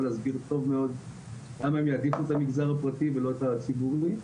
להסביר טוב מאוד למה הם יעדיפו את המגזר הפרטי ולא את הציבורי.